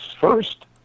first